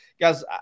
guys